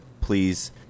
please